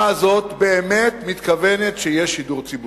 הזאת באמת מתכוונת שיהיה שידור ציבורי.